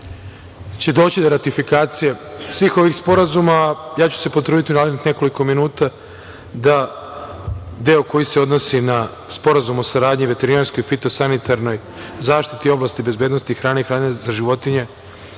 će doći do ratifikacije svih ovih sporazuma. Potrudiću se u narednih nekoliko minuta da deo koji se odnosi na Sporazum o saradnji i veterinarskoj-fitosanitarnoj zaštiti u oblasti bezbednosti hrane i hrane za životinje